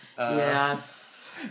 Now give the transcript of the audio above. Yes